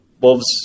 Wolves